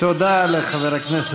אנחנו נמשיך לבנות,